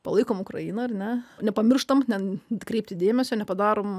palaikom ukrainą ar ne nepamirštam ten atkreipti dėmesio nepadarom